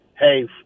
hey